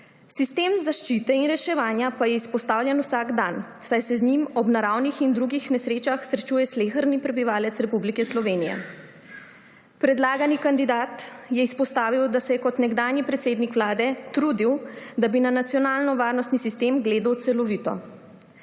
Sistem zaščite in reševanja pa je izpostavljen vsak dan, saj se z njim ob naravnih in drugih nesrečah srečuje sleherni prebivalec Republike Slovenije. Predlagani kandidat je izpostavil, da se je kot nekdanji predsednik Vlade trudil, da bi na nacionalnovarnostni sistem gledal celovito.